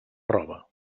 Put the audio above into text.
roba